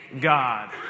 God